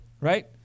right